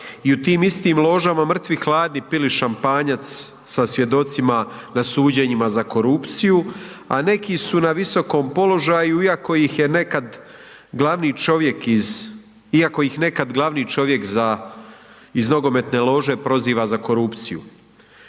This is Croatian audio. i u tim istim ložama mrtvi hladni pili šampanjac sa svjedocima na suđenjima za korupciju, a neki su na visokom položaju iako ih nekad glavni čovjek iz nogometne lože proziva za korupciju.